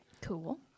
Cool